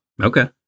Okay